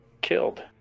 killed